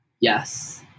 Yes